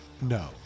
No